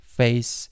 face